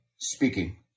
speaking